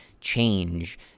change